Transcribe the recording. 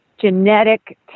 genetic